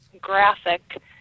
graphic